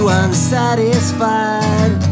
unsatisfied